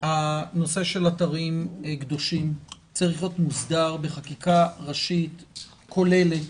הנושא של האתרים הקדושים צריך להיות מוסדר בחקיקה ראשית כוללת.